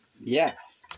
Yes